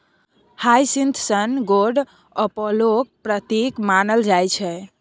hyacinth sun god अपोलोक प्रतीक मानल जाइ छै